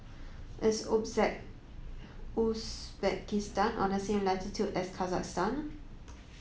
is Uzbekistan on the same latitude as Kazakhstan